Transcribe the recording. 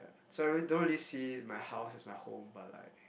so I real~ don't really see my house as my home but like